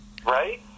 Right